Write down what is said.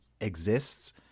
exists